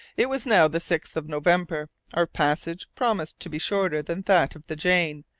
it was now the sixth of november. our passage promised to be shorter than that of the jane.